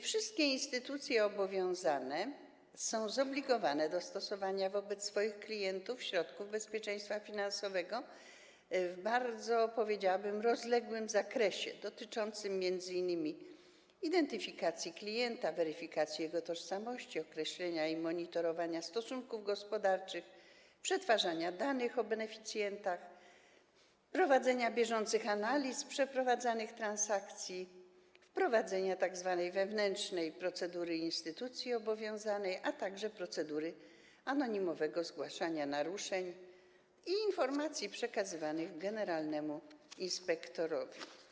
Wszystkie instytucje obowiązane są zobligowane do stosowania wobec swoich klientów środków bezpieczeństwa finansowego w bardzo, powiedziałabym, rozległym zakresie dotyczącym m.in. identyfikacji klienta, weryfikacji jego tożsamości, określenia i monitorowania stosunków gospodarczych, przetwarzania danych o beneficjentach, prowadzenia bieżących analiz przeprowadzanych transakcji, prowadzenia tzw. wewnętrznej procedury instytucji obowiązanej, a także procedury anonimowego zgłaszania naruszeń i informacji przekazywanych generalnemu inspektorowi.